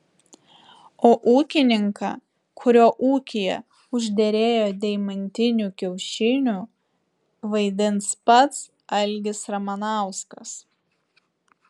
o ūkininką kurio ūkyje užderėjo deimantinių kiaušinių vaidins pats algis ramanauskas